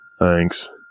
Thanks